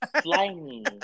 slimy